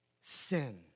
sin